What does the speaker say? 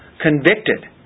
convicted